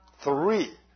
Three